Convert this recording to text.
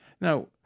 Now